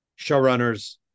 showrunners